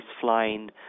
flying